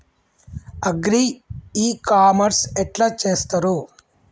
Agri e commerce ఎట్ల చేస్తరు?